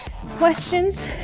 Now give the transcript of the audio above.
questions